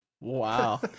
Wow